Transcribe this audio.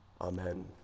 Amen